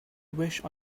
wish